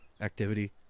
activity